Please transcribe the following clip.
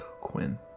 Quinn